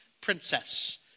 princess